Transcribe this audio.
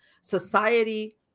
society